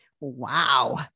Wow